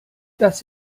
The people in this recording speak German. das